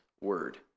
word